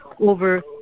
over